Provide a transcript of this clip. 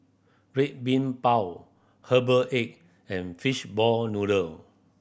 Red Bean Bao herbal egg and fishball noodle